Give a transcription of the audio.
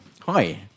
Hi